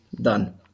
done